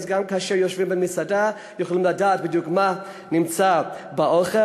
אז גם כאשר יושבים במסעדה נוכל לדעת בדיוק מה נמצא באוכל.